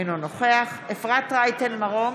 אינו נוכח אפרת רייטן מרום,